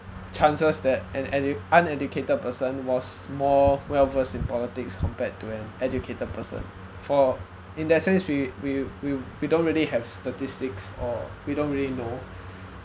chances that an edu~ uneducated person was more well-versed in politics compared to an educated person for in that sense we we we we don't really have statistics or we don't really know